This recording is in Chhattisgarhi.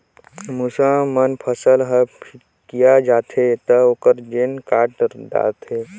मूसवा मन फसल ह फिकिया जाथे त ओखर जेर काट डारथे